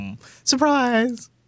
Surprise